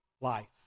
life